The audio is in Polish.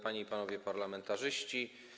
Panie i Panowie Parlamentarzyści!